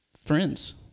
friends